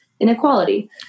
inequality